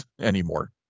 anymore